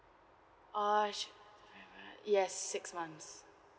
uh yes six months